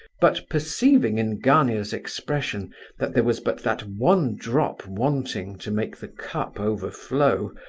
but perceiving in gania's expression that there was but that one drop wanting to make the cup overflow,